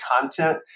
content